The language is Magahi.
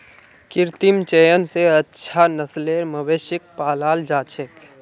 कृत्रिम चयन स अच्छा नस्लेर मवेशिक पालाल जा छेक